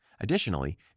Additionally